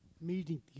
Meeting